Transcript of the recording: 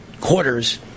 quarters